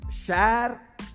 share